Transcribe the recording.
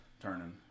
turning